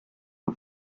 her